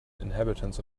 inhabitants